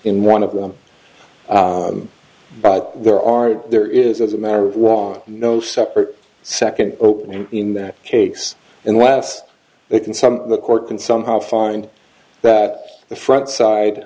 in one of them but there are there is as a matter of was no separate second opening in that case unless they can some of the court can somehow find that the front side